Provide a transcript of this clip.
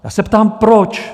Já se ptám proč.